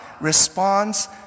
responds